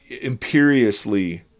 imperiously